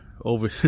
over